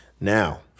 Now